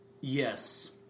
Yes